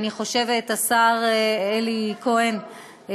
השר אלי כהן,